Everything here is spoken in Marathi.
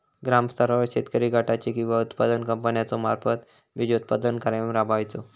ग्रामस्तरावर शेतकरी गटाचो किंवा उत्पादक कंपन्याचो मार्फत बिजोत्पादन कार्यक्रम राबायचो?